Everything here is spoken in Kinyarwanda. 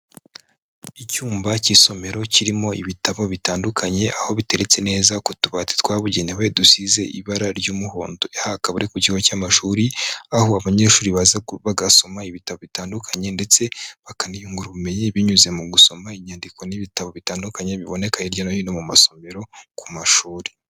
Icyumba cy'isomero kirimo ibitabo bitandukanye, aho biteretse neza ku tubati twabugenewe dusize ibara ry'umuhondo, aha hakaba ari ku kigo cy'amashuri, aho abanyeshuri baza bagasoma ibitabo bitandukanye ndetse bakaniyungu ubumenyi binyuze mu gusoma inyandiko n'ibitabo bitandukanye biboneka hirya no hino mu masomero ku mashuri.